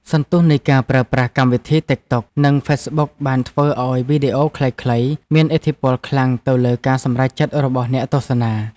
សន្ទុះនៃការប្រើប្រាស់កម្មវិធីតិកតុក និងហ្វេសប៊ុកបានធ្វើឱ្យវីដេអូខ្លីៗមានឥទ្ធិពលខ្លាំងទៅលើការសម្រេចចិត្តរបស់អ្នកទស្សនា។